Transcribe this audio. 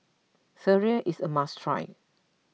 Sireh is a must try